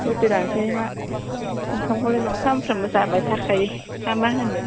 रुटि लांनोसै हायमा ओंखामखौलाय न'आव सानफ्रामबो जाबाय थाखायो ना मा होनो